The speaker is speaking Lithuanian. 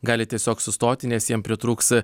gali tiesiog sustoti nes jiem pritrūks